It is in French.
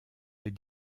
les